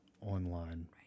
online